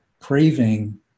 craving